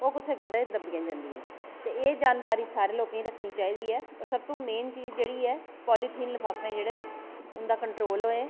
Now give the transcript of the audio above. ओह् कुसै गड्ढे च दब्बियां जंदियां न ते एह् जानकारी सारे लोकें ई रक्खनी चाहिदी ऐ ते सबतों मेन चीज जेह्ड़ी ऐ पोलीथीन लिफाफे जेह्ड़े न उं'दा कन्ट्रोल होऐ